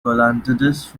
colonnades